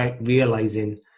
realizing